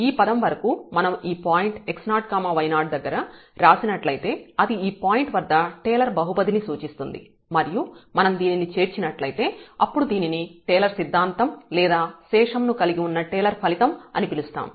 ఈ పదం వరకు మనం ఈ పాయింట్ x0 y0 దగ్గర రాసినట్లయితే ఇది ఈ పాయింట్ వద్ద టేలర్ బహుపది ని సూచిస్తుంది మరియు మనం దీనిని చేర్చినట్లయితే అప్పుడు దీనిని టేలర్ సిద్ధాంతం లేదా శేషం ను కలిగి ఉన్న టేలర్ ఫలితం అని పిలుస్తాము